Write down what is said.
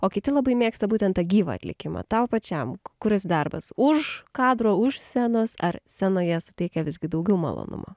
o kiti labai mėgsta būtent tą gyvą atlikimą tau pačiam kuris darbas už kadro už scenos ar scenoje suteikia visgi daugiau malonumo